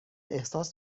احساس